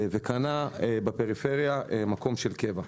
וקנה בפריפריה מקום של קבע.